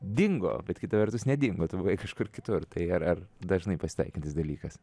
dingo bet kita vertus nedingo tu buvai kažkur kitur tai ar ar dažnai pasitaikantis dalykas